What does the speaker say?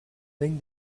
think